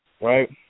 right